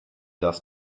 das